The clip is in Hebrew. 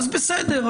אז בסדר,